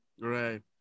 Right